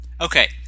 Okay